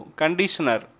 conditioner